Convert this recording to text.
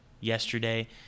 yesterday